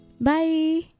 Bye